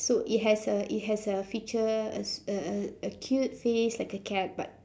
so it has a it has a feature a s~ a a a cute face like a cat but